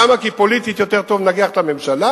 למה, כי פוליטית יותר טוב לנגח את הממשלה?